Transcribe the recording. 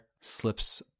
slips